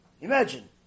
Imagine